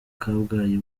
kabgayi